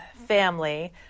Family